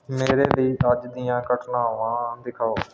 ਮੇਰੇ ਲਈ ਅੱਜ ਦੀਆਂ ਘਟਨਾਵਾਂ ਦਿਖਾਓ